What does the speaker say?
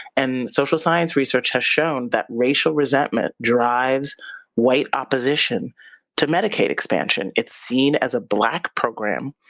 and social science research has shown that racial resentment drives white opposition to medicaid expansion. it's seen as a black program,